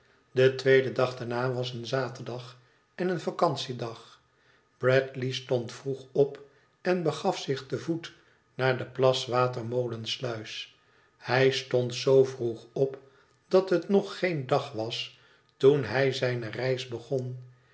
de tweede dag daarna was een zaterdag en een vacantiedag bradlev stond vroeg op en begaf zich te voet naar de plaswatermolensluis hij stond zoo vroeg op dat het nog geen da was toen hij zijne reis begon